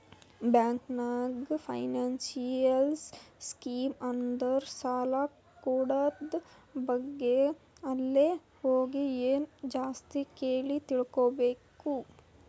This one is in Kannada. ಬ್ಯಾಂಕ್ ನಾಗ್ ಫೈನಾನ್ಸಿಯಲ್ ಸ್ಕೀಮ್ ಅಂದುರ್ ಸಾಲ ಕೂಡದ್ ಬಗ್ಗೆ ಅಲ್ಲೇ ಹೋಗಿ ಇನ್ನಾ ಜಾಸ್ತಿ ಕೇಳಿ ತಿಳ್ಕೋಬೇಕು